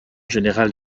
général